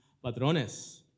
patrones